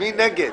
מי נגד?